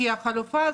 כי החלופה הזאת,